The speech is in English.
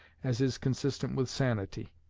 as is consistent with sanity.